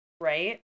right